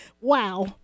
Wow